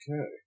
Okay